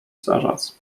zaraz